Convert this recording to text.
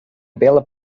bela